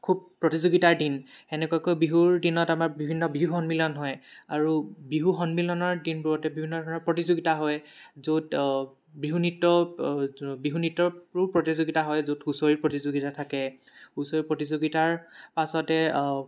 খুব প্ৰতিযোগিতাৰ দিন তেনেকুৱাকৈ বিহুৰ দিনত আমাৰ বিভিন্ন বিহু সন্মিলন হয় আৰু বিহু সন্মিলনৰ দিনবোৰত বিভিন্ন ধৰণৰ প্ৰতিযোগিতা হয় য'ত বিহু নৃত্যৰ বিহু নৃত্যৰ প্ৰতিযোগিতা হয় য'ত হুঁচৰি প্ৰতিযোগিতা থাকে হুচঁৰি প্ৰতিযোগিতাৰ পাছতে